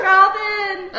Robin